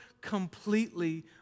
completely